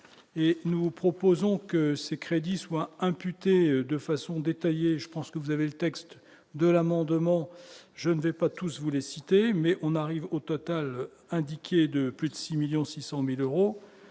et nous proposons que ces crédits soient imputés de façon détaillée, je pense que vous avez le texte de l'amendement, je ne vais pas tous vous les citer mais on arrive au total indiqué de plus de 6 1000000 600000 euros,